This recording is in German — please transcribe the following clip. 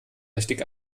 richtig